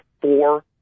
four